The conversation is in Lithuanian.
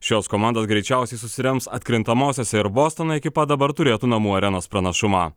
šios komandos greičiausiai susirems atkrintamosiose ir bostono ekipa dabar turėtų namų arenos pranašumą